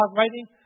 writing